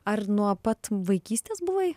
ar nuo pat vaikystės buvai